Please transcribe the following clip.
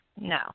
no